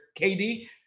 KD